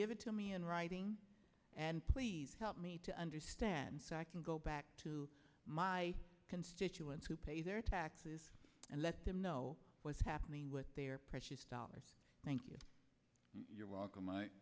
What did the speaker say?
give it to me in writing and please help me to understand so i can go back to my constituents who pay their taxes and let them know what's happening with their dollars thank you you're welcome i